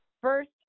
first